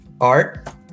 Art